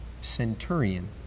centurion